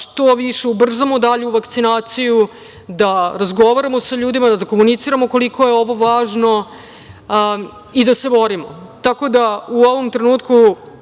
što više ubrzamo dalju vakcinaciju, da razgovaramo sa ljudima, da komuniciramo koliko je ovo važno i da se borimo. Tako da, u ovom trenutku